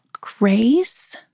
grace